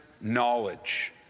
knowledge